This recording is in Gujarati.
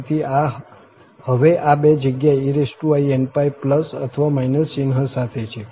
તેથી આ હવે આ બે જગ્યાએ ein અથવા ચિહ્ન સાથે છે